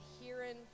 hearing